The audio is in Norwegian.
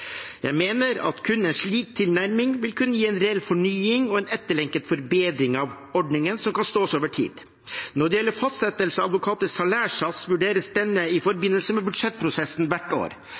Jeg mener at kun en slik tilnærming vil kunne gi reell fornying og en etterlengtet bedring av ordningen, som kan stå seg over tid. Når det gjelder fastsettelse av advokaters salærsats, vurderes denne i forbindelse med budsjettprosessen hvert år.